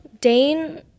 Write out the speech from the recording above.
Dane